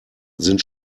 sind